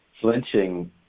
Flinching